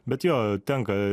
bet jo tenka